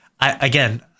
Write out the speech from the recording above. Again